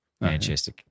Manchester